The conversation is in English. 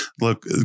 Look